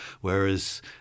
Whereas